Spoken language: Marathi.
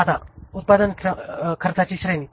आता उत्पादन खर्चाची श्रेणी